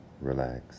relax